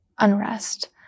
unrest